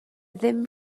ddim